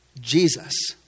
Jesus